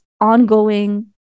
ongoing